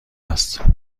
است